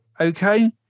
Okay